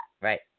Right